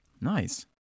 Nice